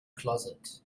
closet